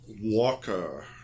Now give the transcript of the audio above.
Walker